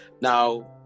Now